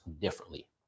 differently